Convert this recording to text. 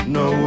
no